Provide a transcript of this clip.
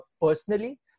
personally